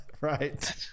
Right